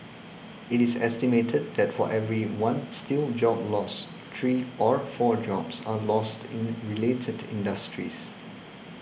it is estimated that for every one steel job lost three or four jobs are lost in related industries